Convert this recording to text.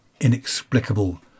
inexplicable